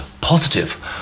positive